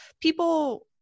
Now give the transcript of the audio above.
people